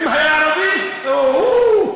אם היה ערבי, אוהו,